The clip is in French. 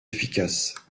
efficaces